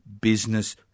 business